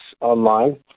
online